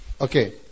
Okay